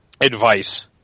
advice